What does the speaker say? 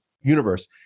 universe